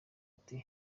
ati